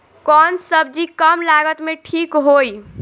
कौन सबजी कम लागत मे ठिक होई?